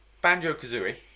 Banjo-Kazooie